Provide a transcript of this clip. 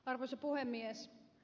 arvoisa puhemies